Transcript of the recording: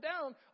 down